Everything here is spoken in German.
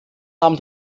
haben